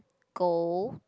goal